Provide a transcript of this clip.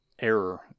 error